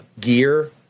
gear